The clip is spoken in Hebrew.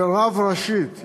ורב-ראשית,